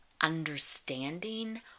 understanding